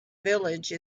village